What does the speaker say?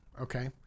Okay